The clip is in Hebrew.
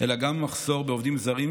אלא גם במחסור בעובדים זרים,